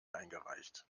eingereicht